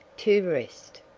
to rest!